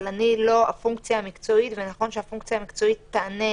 אבל אני לא הפונקציה המקצועית ונכון שהפונקציה המקצועית תענה